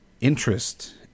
interest